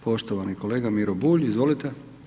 Poštovani kolega Miro Bulj, izvolite.